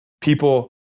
People